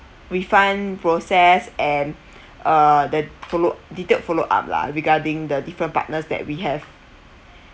refund process and uh the follow detailed follow up lah regarding the different partners that we have